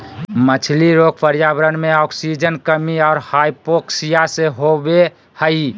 मछली रोग पर्यावरण मे आक्सीजन कमी और हाइपोक्सिया से होबे हइ